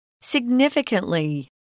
Significantly